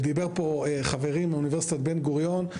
דיבר כאן חברי מאוניברסיטת בן גוריון.